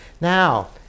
Now